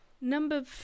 number